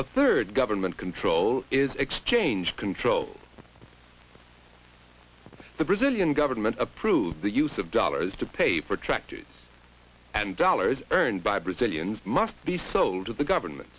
a third government control is exchange control the brazilian government approved the use of dollars to pay for tractors and dollars earned by brazilians must be sold to the government